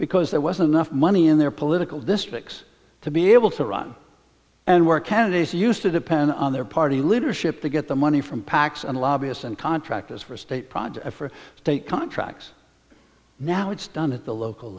because there wasn't enough money in their political districts to be able to run and work candidates used to depend on their party leadership to get the money from pacs and lobbyists and contractors for state projects for state contracts now it's done at the local